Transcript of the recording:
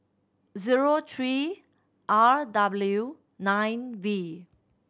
zero three R W nine V